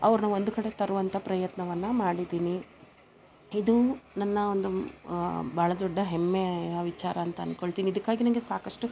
ಅವ್ರನ್ನ ಒಂದು ಕಡೆ ತರುವಂಥಾ ಪ್ರಯತ್ನವನ್ನ ಮಾಡಿದ್ದೀನಿ ಇದು ನನ್ನ ಒಂದು ಭಾಳ ದೊಡ್ಡ ಹೆಮ್ಮೆಯ ವಿಚಾರ ಅಂತ ಅನ್ಕೊಳ್ತೀನಿ ಇದಕ್ಕಾಗಿ ನನಗೆ ಸಾಕಷ್ಟು